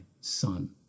son